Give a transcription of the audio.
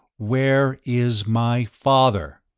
where is my father?